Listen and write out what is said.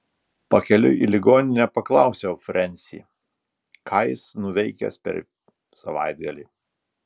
pakeliui į ligoninę paklausiau frensį ką jis nuveikęs per savaitgalį